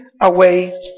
away